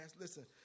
listen